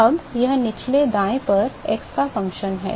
अब यह निचले दाएं पर x का फंक्शन है